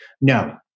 no